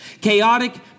chaotic